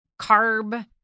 carb